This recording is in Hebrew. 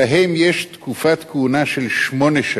שלהם יש תקופת כהונה של שמונה שנים.